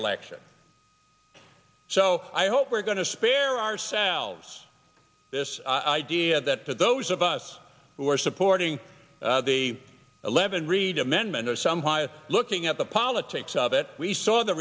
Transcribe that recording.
election so i hope we're going to spare ourselves this idea that for those of us who are supporting a eleven read amendment or some quiet looking at the politics of it we saw the